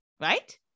right